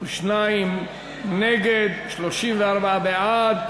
52 נגד, 34 בעד.